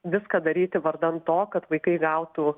viską daryti vardan to kad vaikai gautų